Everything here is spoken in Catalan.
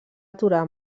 aturar